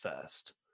first